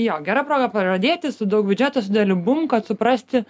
jo gera proga pradėti su daug biudžeto su dideliu bum kad suprasti